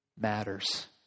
matters